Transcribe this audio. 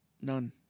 None